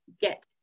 get